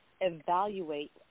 evaluate